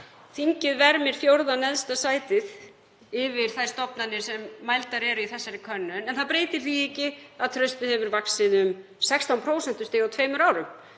Þingið vermir fjórða neðsta sætið yfir þær stofnanir sem mældar eru í þessari könnun. En það breytir því ekki að traustið hefur vaxið um 16 prósentustig á tveimur árum,